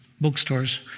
bookstores